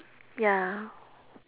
ya